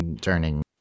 turning